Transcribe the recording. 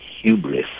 hubris